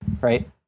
right